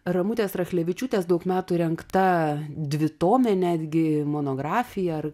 ramutės rachlevičiūtės daug metų rengta dvitomė netgi monografija ar